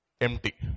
Empty